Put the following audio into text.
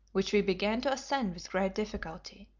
which we began to ascend with great difficulty,